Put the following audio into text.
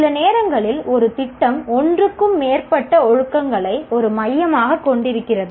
சில நேரங்களில் ஒரு திட்டம் ஒன்றுக்கு மேற்பட்ட ஒழுக்கங்களை ஒரு மையமாகக் கொண்டிருக்கிறது